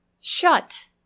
Shut